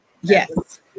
Yes